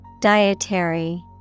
Dietary